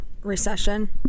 recession